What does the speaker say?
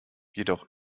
jedoch